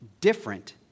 different